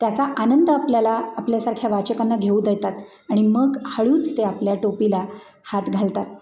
त्याचा आनंद आपल्याला आपल्यासारख्या वाचकांना घेऊ देतात आणि मग हळूच ते आपल्या टोपीला हात घालतात